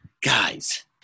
guys